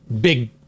big